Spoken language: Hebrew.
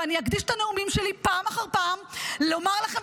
ואני אקדיש את הנאומים שלי פעם אחר פעם לומר לכם